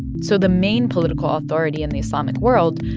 so the main political authority in the islamic world,